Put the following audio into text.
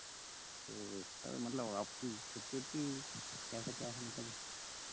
तो सर मतलब आपकी छुट्टी उटटी या फ़िर कैसे मतलब